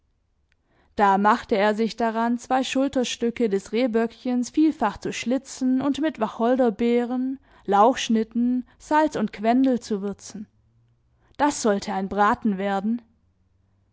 da machte er sich daran zwei schulterstücke des rehböckchens vielfach zu schlitzen und mit wacholderbeeren lauchschnitten salz und quendel zu würzen das sollte ein braten werden